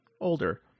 older